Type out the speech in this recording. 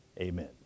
amen